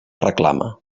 reclama